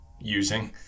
Using